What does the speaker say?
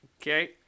okay